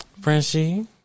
Frenchie